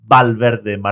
Valverde